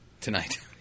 tonight